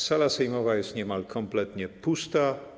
Sala sejmowa jest niemal kompletnie pusta.